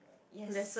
yes